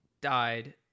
died